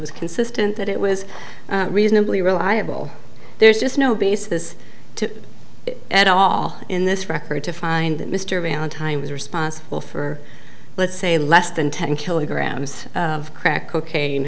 was consistent that it was reasonably reliable there's just no basis to it at all in this record to find that mr valentine was responsible for let's say less than ten kilograms of crack cocaine